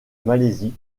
malaisie